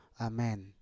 Amen